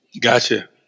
Gotcha